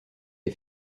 est